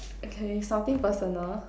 okay something personal